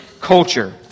culture